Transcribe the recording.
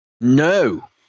No